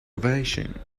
ovation